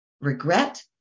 regret